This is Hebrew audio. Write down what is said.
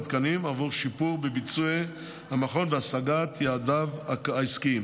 התקנים עבור שיפור בביצועי המכון והשגת יעדיו העסקיים,